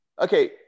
okay